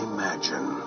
Imagine